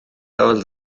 hywel